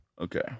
Okay